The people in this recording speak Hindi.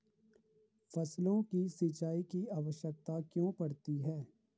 फसलों को सिंचाई की आवश्यकता क्यों पड़ती है?